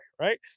right